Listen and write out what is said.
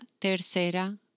tercera